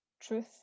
truth